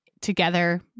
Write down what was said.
together